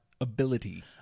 ability